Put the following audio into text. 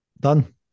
Done